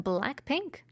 Blackpink